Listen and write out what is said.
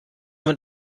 man